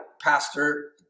pastor